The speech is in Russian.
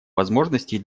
возможностей